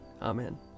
Amen